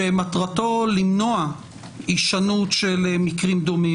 שמטרתו למנוע הישנות של מקרים דומים.